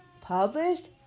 published